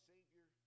Savior